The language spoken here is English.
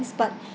listed